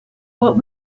what